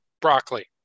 Broccoli